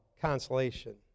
consolation